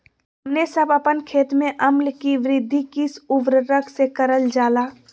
हमने सब अपन खेत में अम्ल कि वृद्धि किस उर्वरक से करलजाला?